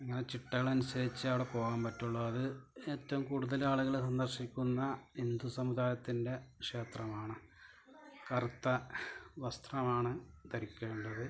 ഇങ്ങനെ ചിട്ടകളനുസരിച്ചേ അവടെപ്പോവാൻ പറ്റുള്ളു അത് ഏറ്റവും കൂടുതലാളുകള് സന്ദർശിക്കുന്ന ഹിന്ദു സമുദായത്തിൻ്റെ ക്ഷേത്രമാണ് കറുത്ത വസ്ത്രമാണ് ധരിക്കേണ്ടത്